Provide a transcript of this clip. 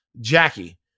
Jackie